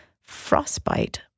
frostbite